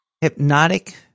hypnotic